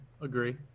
agree